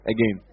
Again